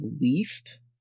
least